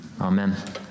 Amen